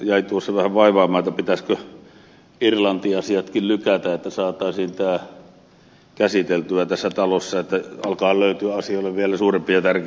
jäi tuossa vähän vaivaamaan pitäisikö irlanti asiatkin lykätä että saataisiin tämä käsiteltyä tässä talossa että alkaa löytyä asioille vielä suurempia tärkeysjärjestyksiä